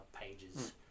pages